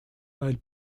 weil